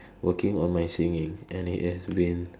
working on my singing and it has been